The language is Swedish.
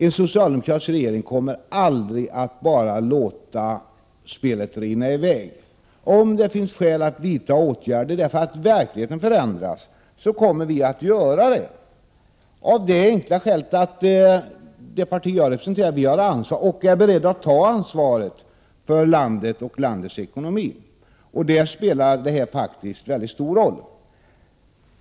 En socialdemokratisk regering kommer aldrig att bara låta spelet flyta i väg. Om det finns skäl att vidta åtgärder därför att verkligheten förändras kommer vi socialdemokrater att göra detta av det enkla skälet att det parti jag representerar har ansvaret och är berett att ta ansvaret för landet och landets ekonomi. Därvidlag spelar den tillfälliga vinstskatten faktiskt mycket stor roll.